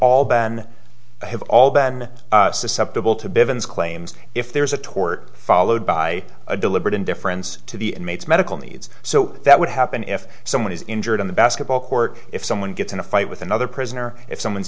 all then have all been susceptible to bivins claims if there is a tort followed by a deliberate indifference to the inmates medical needs so that would happen if someone is injured on the basketball court if someone gets in a fight with another prisoner if someone's